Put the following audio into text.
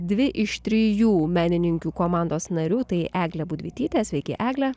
dvi iš trijų menininkių komandos narių tai eglė budvytytė sveiki egle